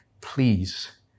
Please